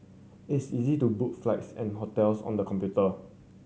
it's easy to book flights and hotels on the computer